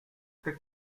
the